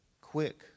quick